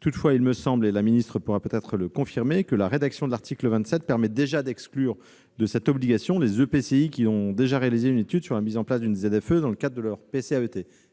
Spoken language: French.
Toutefois, il me semble- Mme la ministre pourra peut-être le confirmer -que la rédaction de l'article 27 permet déjà d'exclure de cette obligation les EPCI ayant déjà réalisé une étude sur la mise en place d'une ZFE dans le cadre de leur PCAET.